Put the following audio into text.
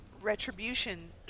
retribution